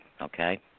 okay